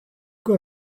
quoi